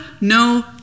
no